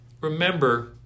remember